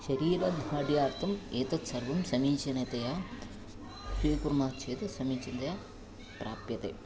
शरीरदार्ढ्यार्थम् एतत् सर्वं समीचीनतया स्वीकुर्मः चेत् समीचीनतया प्राप्यते